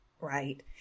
right